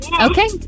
Okay